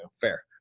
Fair